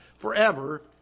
forever